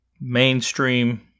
mainstream